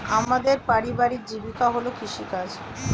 আমাদের পারিবারিক জীবিকা হল কৃষিকাজ